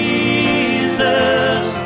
Jesus